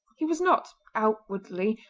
he was not, outwardly,